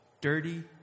dirty